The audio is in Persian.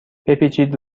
بپیچید